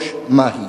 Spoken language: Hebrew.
מה היא?